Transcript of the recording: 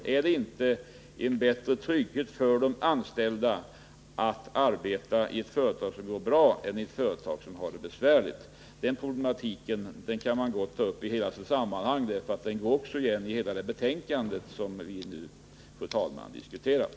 Innebär det inte en bättre trygghet för de anställda att arbeta i ett företag som går bra än i ett företag som har det besvärligt? Den debatten, fru talman, kan man här ta upp i hela dess vidd, eftersom den går igen i det betänkande som vi nu diskuterar.